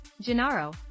Gennaro